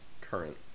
current